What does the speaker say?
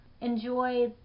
Enjoy